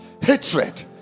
hatred